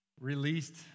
released